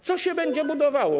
Co się będzie budowało?